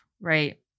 right